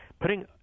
Putting